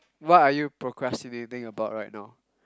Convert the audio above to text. what are you procrastinating about right now